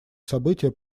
событие